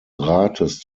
rates